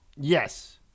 Yes